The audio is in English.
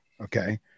Okay